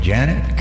Janet